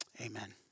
Amen